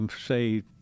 say